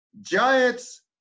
Giants